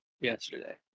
yesterday